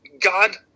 God